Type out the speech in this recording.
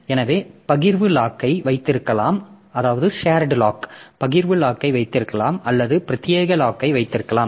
எனவே பகிர்வு லாக்கை வைத்திருக்கலாம் அல்லது பிரத்தியேக லாக்கை வைத்திருக்கலாம்